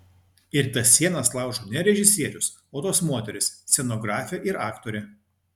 ir tas sienas laužo ne režisierius o tos moterys scenografė ir aktorė